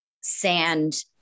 sand